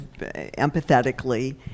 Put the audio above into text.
empathetically